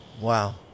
Wow